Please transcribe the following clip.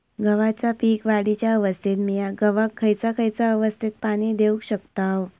गव्हाच्या पीक वाढीच्या अवस्थेत मिया गव्हाक खैयचा खैयचा अवस्थेत पाणी देउक शकताव?